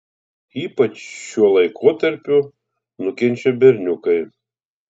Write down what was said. ypač šiuo laikotarpiu nukenčia berniukai